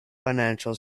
financial